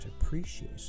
appreciate